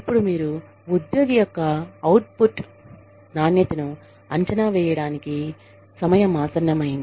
ఇప్పుడు మీరు ఉద్యోగి యొక్క అవుట్పుట్ నాణ్యతను అంచనా వేయడానికి సమయం ఆసన్నమైంది